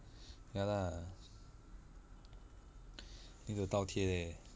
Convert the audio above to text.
ya lah need to 倒贴